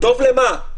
טוב למה?